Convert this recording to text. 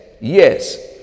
yes